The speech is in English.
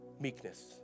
meekness